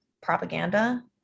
propaganda